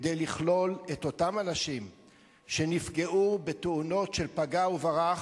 כדי לכלול את אותם אנשים שנפגעו בתאונות של פגע וברח,